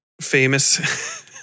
famous